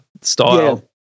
style